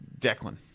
Declan